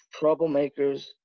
troublemakers